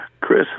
chris